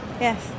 yes